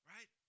Right